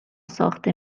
ساخته